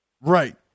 Right